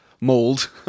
mold